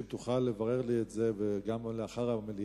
אם תוכל לברר לי את זה וגם לאחר המליאה,